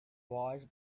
wise